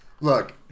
Look